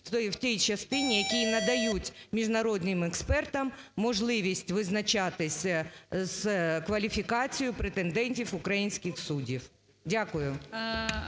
в тій частині, в якій надають міжнародним експертам можливість визначатись з кваліфікацією претендентів українських суддів. Дякую.